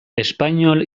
espainol